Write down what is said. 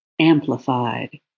amplified